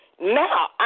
now